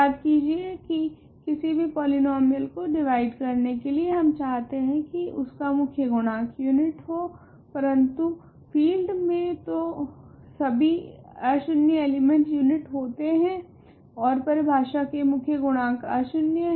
याद कीजिए की किसी भी पॉलीनोमीयल f को डिवाइड करने के लिए हम चाहते है की उसका मुख्य गुणांक यूनिट हो परंतु फेल्ड मे तो सभी अशून्य एलिमेंट यूनिट होता है ओर परिभाषा से मुख्य गुणांक अशून्य है